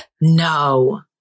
no